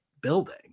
building